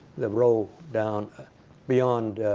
the row down beyond